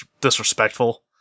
disrespectful